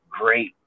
great